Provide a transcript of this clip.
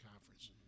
Conference